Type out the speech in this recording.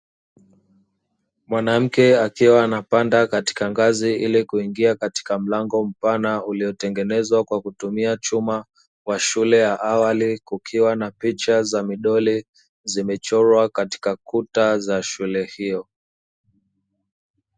Mwanamke akiwa anapanda katika ngazi ili kuingia katika mlango mpana uliotengenezwa kwa kutumia chuma, wa shule ya awali kukiwa na picha za midoli zimechorwa katika kuta za shule hiyo.